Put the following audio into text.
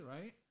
right